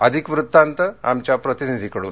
अधिक वृत्तांत आमच्या प्रतिनिधीकडून